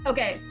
Okay